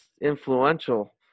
influential